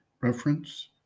Reference